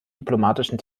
diplomatischen